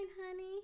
honey